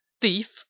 Thief